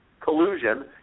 collusion